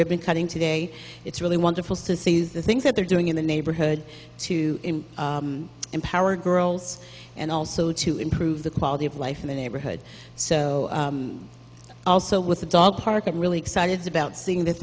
ribbon cutting today it's really wonderful says the things that they're doing in the neighborhood to empower girls and also to improve the quality of life in the neighborhood so also with the dog park a real excited about seeing the